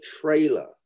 trailer